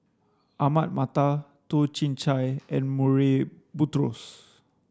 Ahmad Mattar Toh Chin Chye and Murray Buttrose